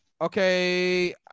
Okay